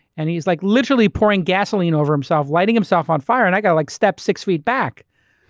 and he's like literally pouring gasoline over himself, lighting himself on fire. and i gotta like step six feet back,